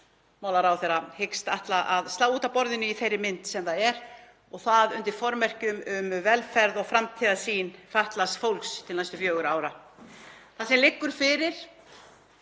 vinnumarkaðsráðherra hyggst ætla að slá út af borðinu í þeirri mynd sem hann er og það undir formerkjum um velferð og framtíðarsýn fatlaðs fólks til næstu fjögurra ára. Þar sem liggur fyrir